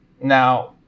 now